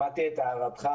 שמעתי את הערתך.